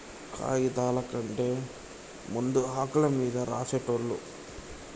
కాగిదాల కంటే ముందు ఆకుల మీద రాసేటోళ్ళు